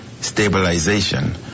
stabilization